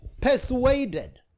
persuaded